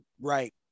Right